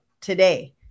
today